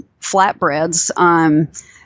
flatbreads